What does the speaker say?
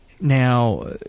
Now